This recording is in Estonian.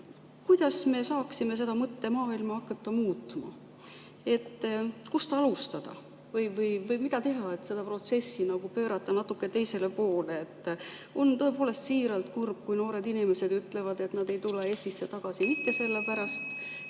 kuidas me saaksime seda mõttemaailma hakata muutma? Kust alustada või mida teha, et seda protsessi pöörata natuke teisele poole? On tõepoolest siiralt kurb, kui noored inimesed ütlevad, et nad ei tule Eestisse tagasi mitte sellepärast,